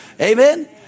Amen